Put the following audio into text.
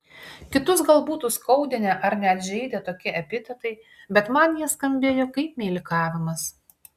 kitus gal būtų skaudinę ar net žeidę tokie epitetai bet man jie skambėjo kaip meilikavimas